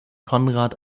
konrad